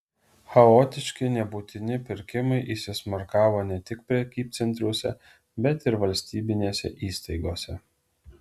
chaotiški nebūtini pirkimai įsismarkavo ne tik prekybcentriuose bet ir valstybinėse įstaigose